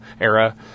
era